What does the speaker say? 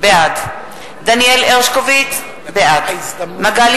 בעד דניאל הרשקוביץ, בעד מגלי